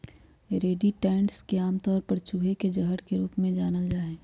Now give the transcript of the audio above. rodenticides के आमतौर पर चूहे के जहर के रूप में जानल जा हई